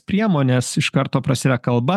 priemonės iš karto prasideda kalba